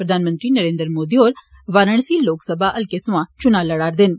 प्रधानमंत्री नरेंद्र मोदी होर वाराणससी लोकसभा हल्के सोआं चुना लड़ा रदे न